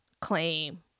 claim